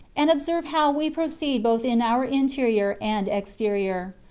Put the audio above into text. and observe how we proceed both in our interior and exterior.